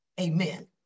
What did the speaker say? Amen